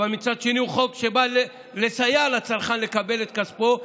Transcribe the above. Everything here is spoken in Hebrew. אבל מצד שני הוא חוק שבא לסייע לצרכן לקבל את כספו,